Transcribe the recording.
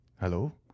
hello